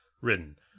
written